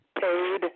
paid